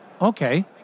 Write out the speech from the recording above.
okay